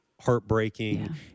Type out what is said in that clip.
heartbreaking